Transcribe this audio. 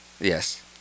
Yes